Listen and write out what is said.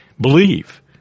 believe